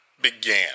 began